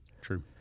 True